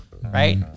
Right